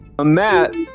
Matt